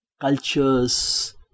cultures